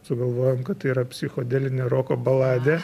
sugalvojom kad tai yra psichodelinė roko baladė